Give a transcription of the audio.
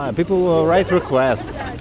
um people will write requests.